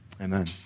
Amen